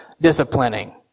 disciplining